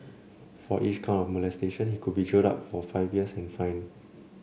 for each count of molestation he could be jailed for up to five years and fined